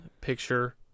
picture